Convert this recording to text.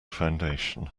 foundation